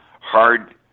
hard